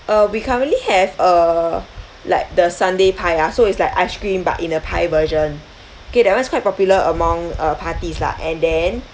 uh we currently have uh like the sundae pie ah so it's like ice cream but in a pie version okay that [one] is quite popular among uh parties lah and then